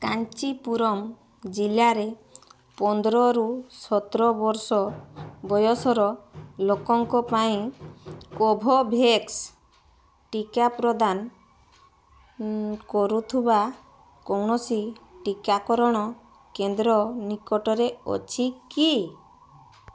କାଞ୍ଚିପୁରମ୍ ଜିଲ୍ଲାରେ ପନ୍ଦରରୁ ସତର ବର୍ଷ ବୟସର ଲୋକଙ୍କ ପାଇଁ କୋଭୋଭ୍ୟାକ୍ସ୍ ଟିକା ପ୍ରଦାନ କରୁଥିବା କୌଣସି ଟିକାକରଣ କେନ୍ଦ୍ର ନିକଟରେ ଅଛି କି